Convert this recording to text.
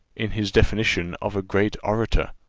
in his definition of a great orator,